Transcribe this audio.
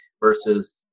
versus